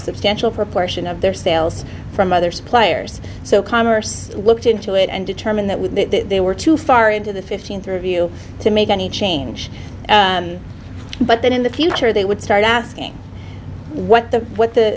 substantial proportion of their sales from other suppliers so commerce looked into it and determined that with they were too far into the fifteenth review to make any change but then in the future they would start asking what the what the